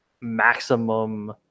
maximum